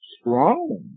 Strong